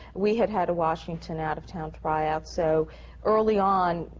we had had a washington out-of-town tryout. so early on,